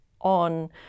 on